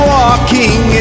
walking